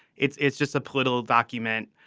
it's it's just a political document.